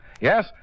Yes